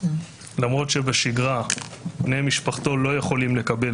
למרות שבשגרה בני משפחתו לא יכולים לקבל